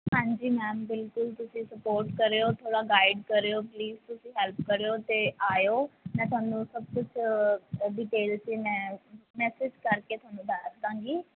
ਹਾਂਜੀ ਮੈਮ ਬਿਲਕੁਲ ਤੁਸੀਂ ਸਪੋਰਟ ਕਰਿਓ ਥੋੜ੍ਹਾ ਗਾਈਡ ਕਰਿਓ ਪਲੀਜ਼ ਤੁਸੀਂ ਹੈਲਪ ਕਰਿਓ ਅਤੇ ਆਇਓ ਮੈਂ ਤੁਹਾਨੂੰ ਸਭ ਕੁਝ ਡਿਟੇਲ 'ਚ ਮੈਂ ਮੈਸੇਜ ਕਰਕੇ ਤੁਹਾਨੂੰ ਦਸ ਦਾਂਗੀ